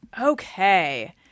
Okay